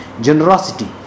Generosity